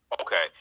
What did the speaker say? Okay